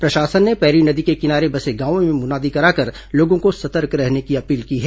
प्रशासन ने पैरी नदी के किनारे बसे गांवों में मुनादी कराकर लोगों को सतर्क रहने की अपील की है